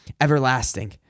everlasting